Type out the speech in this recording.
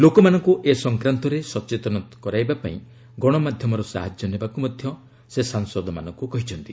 ଲୋକମାନଙ୍କୁ ଏ ସଂକ୍ରାନ୍ତରେ ସଚେତନ କରାଇବା ପାଇଁ ଗଣମାଧ୍ୟମର ସାହାଯ୍ୟ ନେବାକୁ ମଧ୍ୟ ସେ ସାଂସଦମାନଙ୍କୁ କହିଛନ୍ତି